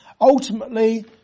Ultimately